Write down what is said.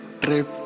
trip